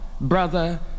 brother